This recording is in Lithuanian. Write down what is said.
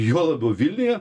juo labiau vilniuje